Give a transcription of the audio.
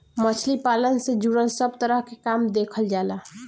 मछली पालन से जुड़ल सब तरह के काम देखल जाला